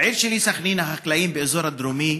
בעיר שלי, סח'נין, החקלאים באזור הדרומי